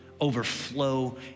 overflow